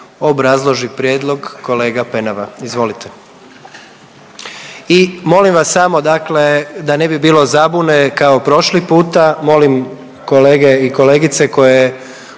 obrazloži prijedlog kolega Penava, izvolite. I molim vas samo dakle da ne bi bilo zabune kao prošli puta